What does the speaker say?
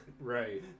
Right